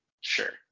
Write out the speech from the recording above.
Sure